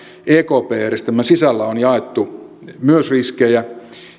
ekp järjestelmän sisällä on myös jaettu riskejä